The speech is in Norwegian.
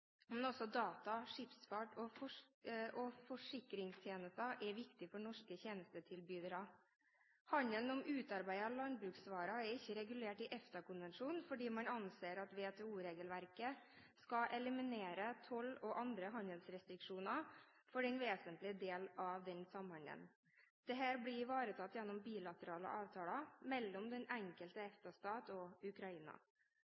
men også data, skipsfart og forsikringstjenester er viktige for norske tjenestetilbydere. Handelen med ubearbeidede landbruksvarer er ikke regulert i EFTA-konvensjonen, for man anser at WTO-regelverket skal eliminere toll- og andre handelsrestriksjoner for den vesentlige delen av samhandelen. Dette blir ivaretatt gjennom bilaterale avtaler mellom den enkelte